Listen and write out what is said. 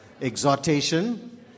Exhortation